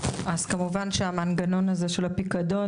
אז כמובן שהמנגנון הזה של הפיקדון